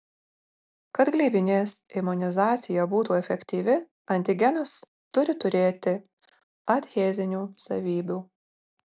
kad gleivinės imunizacija būtų efektyvi antigenas turi turėti adhezinių savybių